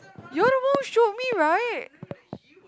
your the one showed me right